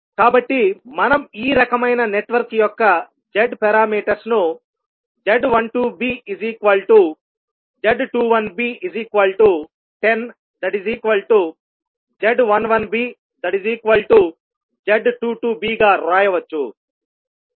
కాబట్టి మనం ఈ రకమైన నెట్వర్క్ యొక్క Z పారామీటర్స్ ను z12bz21b10z11bz22b గా వ్రాయవచ్చు